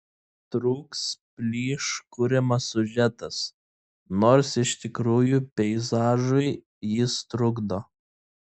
trūks plyš kuriamas siužetas nors iš tikrųjų peizažui jis trukdo